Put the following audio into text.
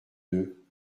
deux